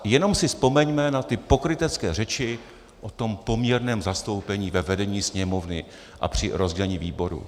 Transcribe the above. Jenom si vzpomeňme na ty pokrytecké řeči o poměrném zastoupení ve vedení Sněmovny a při rozdělení výborů.